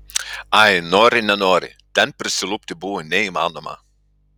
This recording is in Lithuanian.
ai nori nenori ten prisilupti buvo neįmanoma